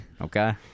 Okay